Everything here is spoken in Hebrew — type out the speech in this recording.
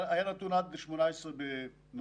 היה נתון רק עד 18 בנובמבר,